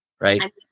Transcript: right